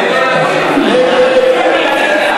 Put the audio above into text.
נגד.